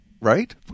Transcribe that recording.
right